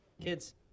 Kids